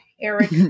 Eric